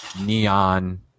neon